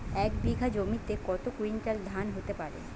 এক বিঘা জমিতে কত কুইন্টাল ধান হতে পারে?